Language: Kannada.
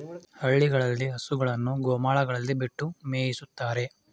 ಹಳ್ಳಿಗಳಲ್ಲಿ ಹಸುಗಳನ್ನು ಗೋಮಾಳಗಳಲ್ಲಿ ಬಿಟ್ಟು ಮೇಯಿಸುತ್ತಾರೆ